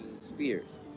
Spears